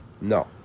No